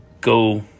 go